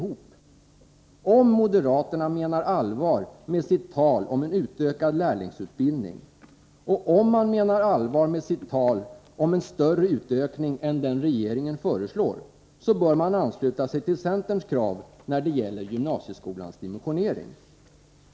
Om moderaterna menar allvar med sitt tal om en utökad lärlingsutbildning och om man menar allvar med sitt tal om en större ökning än den regeringen föreslår, bör man ansluta sig till centerns krav när det gäller gymnasieskolans dimensionering.